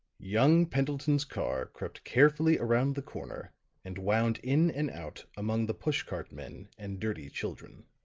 young pendleton's car crept carefully around the corner and wound in and out among the push-cart men and dirty children.